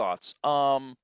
thoughts